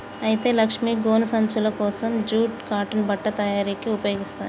అయితే లక్ష్మీ గోను సంచులు కోసం జూట్ కాటన్ బట్ట తయారీకి ఉపయోగిస్తారు